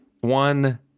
one